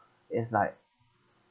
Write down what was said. it's like